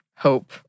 Hope